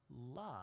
love